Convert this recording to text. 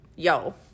Yo